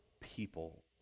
people